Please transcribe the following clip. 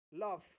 Love